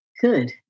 Good